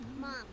Mom